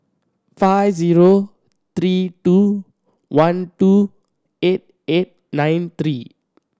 five zero three two one two eight eight nine three